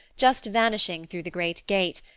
just vanishing through the great gate,